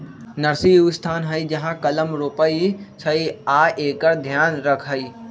nursery उ स्थान हइ जहा कलम रोपइ छइ आ एकर ध्यान रखहइ